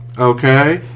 Okay